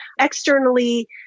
Externally